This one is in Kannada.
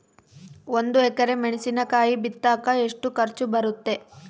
ಒಂದು ಎಕರೆ ಮೆಣಸಿನಕಾಯಿ ಬಿತ್ತಾಕ ಎಷ್ಟು ಖರ್ಚು ಬರುತ್ತೆ?